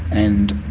and